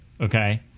okay